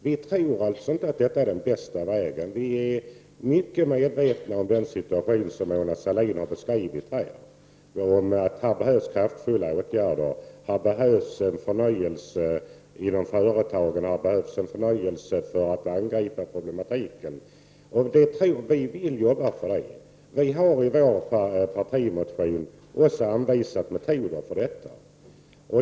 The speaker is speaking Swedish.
Vi tror alltså inte att detta är den bästa vägen. Vi är väl medvetna om den situation som Mona Sahlin har beskrivit, och vi är överens om att det krävs kraftfulla åtgärder, en förnyelse inom företagen och en förnyelse i sättet att angripa problemen. Vi vill verkligen arbeta för sådana saker, och i vår partimotion har vi också anvisat metoder för detta.